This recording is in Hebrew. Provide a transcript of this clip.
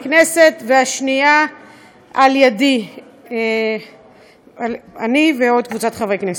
הכנסת והשנייה על-ידי אני עם קבוצת חברי הכנסת.